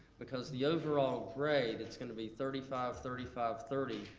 because the overall grade, it's gonna be thirty five, thirty five, thirty,